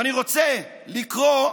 ואני רוצה לקרוא,